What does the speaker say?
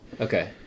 Okay